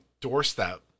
doorstep